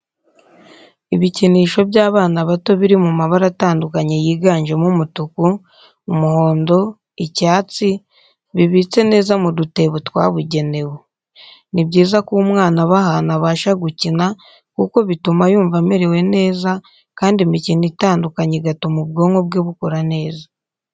Ibikinisho by'abana bato biri mu mabara atandukanye yiganjemo umutuku, umuhondo, icyatsi, bibitse neza mu dutebo twabugenewe. Ni byiza ko umwana aba ahantu abasha gukina kuko bituma yumva amerewe neza kandi imikino itandukanye igatuma ubwonko bwe bukora neza.